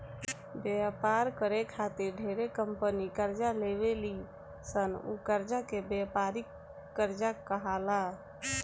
व्यापार करे खातिर ढेरे कंपनी कर्जा लेवे ली सन उ कर्जा के व्यापारिक कर्जा कहाला